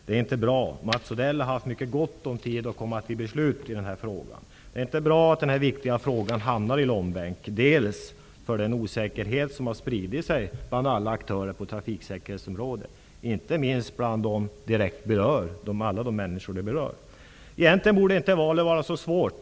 Det är inte bra, Mats Odell har haft gott om tid på sig att komma till beslut i denna fråga. Det är inte bra att denna viktiga fråga hamnar i långbänk, med tanke på den osäkerhet som har spridit sig bland alla aktörer på trafiksäkerhetsområdet, inte minst de direkt berörda. Egentligen borde valet inte vara svårt.